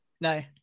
No